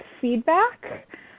feedback